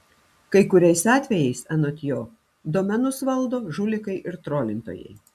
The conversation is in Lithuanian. kai kuriais atvejais anot jo domenus valdo žulikai ir trolintojai